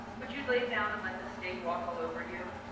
would you lay down and let the state walk all over you?